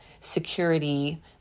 security